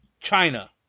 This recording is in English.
China